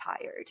tired